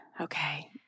okay